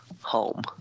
home